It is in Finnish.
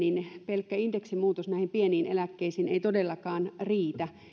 pelkkä indeksimuutos pieniin eläkkeisiin ei todellakaan riitä